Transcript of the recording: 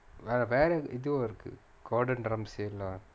வேற வேற இதுவும் இருக்கு:vera vera ithuvum irukku gordon ramsay lah